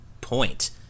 point